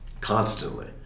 constantly